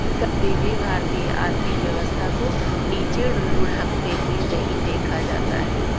कभी भी भारतीय आर्थिक व्यवस्था को नीचे लुढ़कते हुए नहीं देखा जाता है